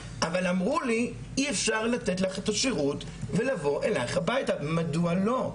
אבל אמרו לי: אי-אפשר לתת לך את השרות ולבוא אליך הביתה - מדוע לא?